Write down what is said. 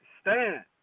stand